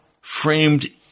framed